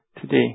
today